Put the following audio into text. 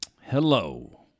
Hello